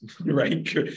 right